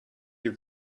you